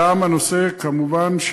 כמובן,